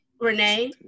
Renee